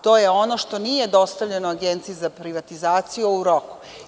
To je ono što nije dostavljeno Agenciji za privatizaciju u roku.